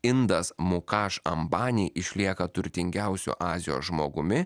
indas mukaš ambani išlieka turtingiausiu azijos žmogumi